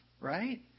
right